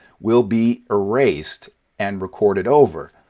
will be erased and recorded over,